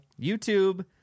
YouTube